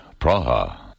Praha